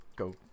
Go